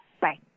Bye